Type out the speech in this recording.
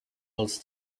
als